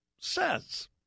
says